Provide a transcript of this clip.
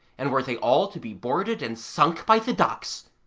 and were they all to be boarded and sunk by the ducks,